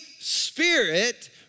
Spirit